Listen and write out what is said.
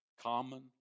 Common